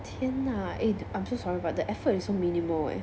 天 ah eh I'm so sorry but the effort is so minimal eh